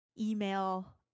Email